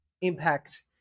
impact